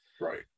Right